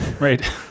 right